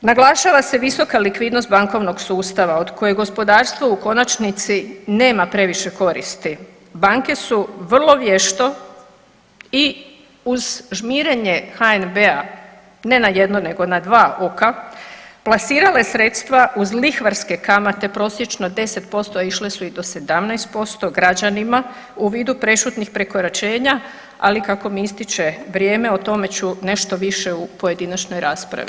Naglašava se visoka likvidnost bankovnog sustava od kojeg gospodarstvo u konačnici nema previše koristi, banke su vrlo vješto i uz žmirenje HNB-a ne na jedno nego na dva oka, plasirale sredstva uz lihvarske kamate prosječno 10%, a išle su i do 17% građanima u vidu prešutnih prekoračenja, ali kako mi ističe vrijeme o tome ću nešto više u pojedinačnoj raspravi.